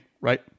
right